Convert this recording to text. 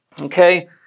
Okay